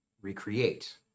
recreate